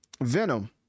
Venom